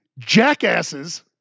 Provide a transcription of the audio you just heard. Jackasses